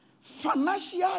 financial